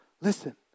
Listen